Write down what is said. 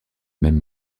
même